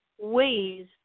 ways